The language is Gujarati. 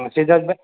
હા સિદ્ધાર્થભાઈ